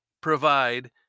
provide